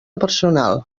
personal